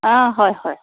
অঁ হয় হয়